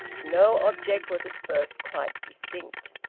no object was at first quite distinct.